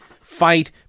fight